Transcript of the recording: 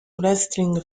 wrestling